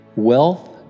Wealth